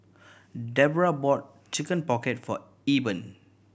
Debroah bought Chicken Pocket for Eben